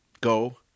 Go